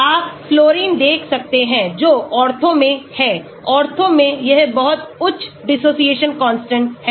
आप फ्लोरीन देख सकते हैं जो ऑर्थो में है ऑर्थो में यह बहुत उच्च dissociation constant है